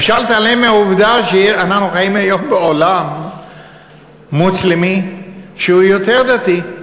אפשר להתעלם מהעובדה שאנחנו חיים היום בעולם מוסלמי שהוא יותר דתי,